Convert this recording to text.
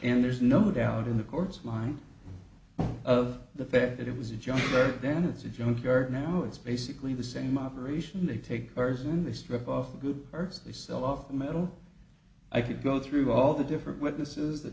and there's no doubt in the courts mind of the fact that it was a joke then it's a junkyard now it's basically the same operation they take ours and they strip off the good earth they sell off the metal i could go through all the different witnesses